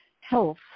health